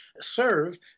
serve